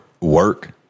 work